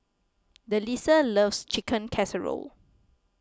Delisa loves Chicken Casserole